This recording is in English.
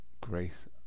Grace